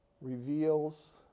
reveals